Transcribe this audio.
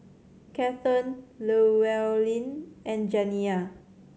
Kathern Llewellyn and Janiya